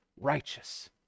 righteous